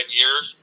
years